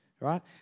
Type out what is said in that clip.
right